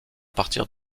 partir